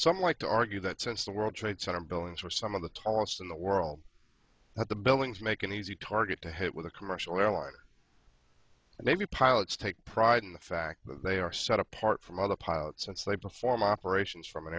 some like to argue that since the world trade center buildings were some of the tallest in the world that the buildings make an easy target to hit with a commercial airliner and navy pilots take pride in the fact they are set apart from other pilots and so they perform operations from an